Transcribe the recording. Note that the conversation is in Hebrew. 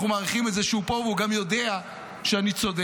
אנחנו מעריכים את זה שהוא פה והוא גם יודע שאני צודק.